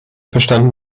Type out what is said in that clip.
bestand